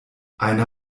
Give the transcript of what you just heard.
einer